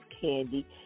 Candy